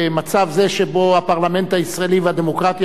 במצב זה שבו הפרלמנט הישראלי והדמוקרטיה